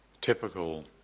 typical